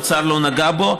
האוצר לא נגע בו,